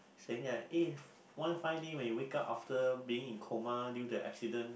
if one fine day when you wake up after being in coma due to accident